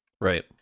right